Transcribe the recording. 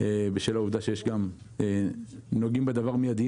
בשל העובדה שיש גם נוגעים בדבר מידיים